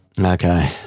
Okay